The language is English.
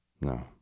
no